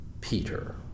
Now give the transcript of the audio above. Peter